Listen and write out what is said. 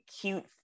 cute